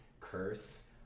curse